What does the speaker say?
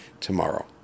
tomorrow